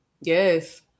Yes